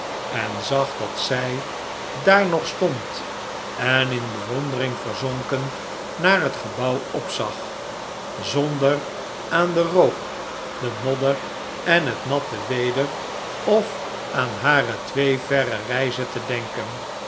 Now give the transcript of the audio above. en zag dat zij daar nog stond en in bewondering verzonken naar het gebouw opzag zonder aan den rook de modder en het natte weder of aan hare twee verre reizen te denken